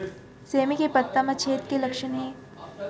सेमी के पत्ता म छेद के का लक्षण हे?